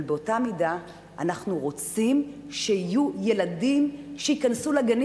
אבל באותה מידה אנחנו רוצים שייכנסו לגנים